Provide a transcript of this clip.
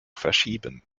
verschieben